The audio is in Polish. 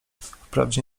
wprawdzie